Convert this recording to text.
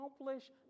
accomplish